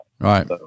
Right